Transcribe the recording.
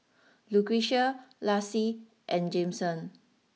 Lucretia Lassie and Jameson